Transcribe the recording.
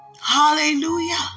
Hallelujah